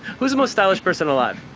who's the most stylish person alive?